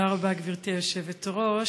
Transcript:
תודה רבה, גברתי היושבת-ראש.